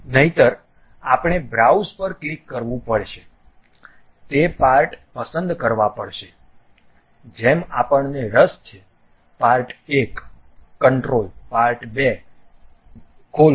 નહિંતર આપણે બ્રાઉઝ પર ક્લિક કરવું પડશે તે પાર્ટ પસંદ કરવા પડશે જેમ આપણને રસ છે પાર્ટ 1 કંટ્રોલ પાર્ટ 2 ખોલો